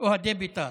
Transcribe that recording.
אוהדי בית"ר.